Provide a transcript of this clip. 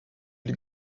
île